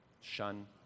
shun